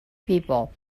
people